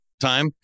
time